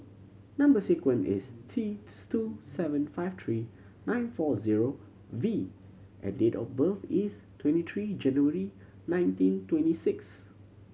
number sequence is T two seven five three nine four zero V and date of birth is twenty three January nineteen twenty six